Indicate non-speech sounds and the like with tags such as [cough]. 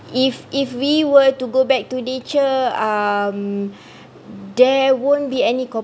if if we were to go back to nature um [breath] there won't be any com~